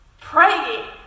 praying